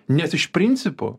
nes iš principo